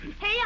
Hey